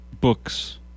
books